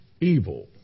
evil